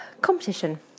competition